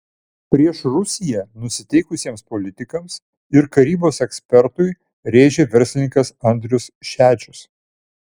prieš rusiją nusiteikusiems politikams ir karybos ekspertui rėžė verslininkas andrius šedžius